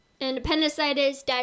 appendicitis